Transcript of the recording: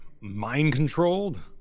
mind-controlled